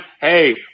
Hey